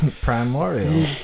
Primordial